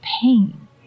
pain